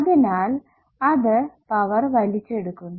അതിനാൽ അത് പവർ വലിച്ചെടുക്കുന്നു